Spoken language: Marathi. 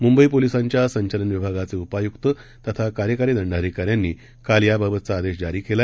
मुंबईपोलीसाच्यासंचलनविभागाचेउपायुक्ततथाकार्यकारीदंडाधिकाऱ्यांनीकालयाबाबतचाआदेशजारीकेला